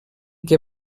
què